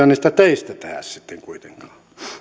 niistä teistä pyhiinvaelluspaikkoja tehdä sitten kuitenkaan